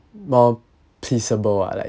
more pleasable ah like